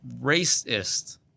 racist